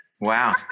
wow